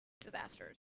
disasters